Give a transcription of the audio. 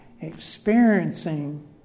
experiencing